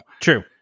True